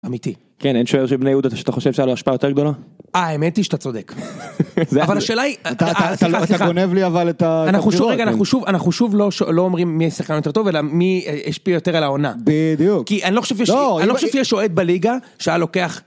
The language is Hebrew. אמיתי. כן, אין שוער של בני יהודה זה שאתה חושב שהיה לו השפעה יותר גדולה? אה, האמת היא שאתה צודק. אבל השאלה היא...סליחה..סליחה..לא.. אתה גונב לי אבל את ה... רגע, אנחנו שוב לא אומרים מי השחקן יותר טוב, אלא מי השפיע יותר על העונה. בדיוק. כי אני לא חושב שיש, אני לא חושב שיש אוהד בליגה שהיה לוקח...